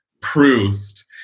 Proust